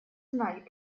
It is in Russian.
знать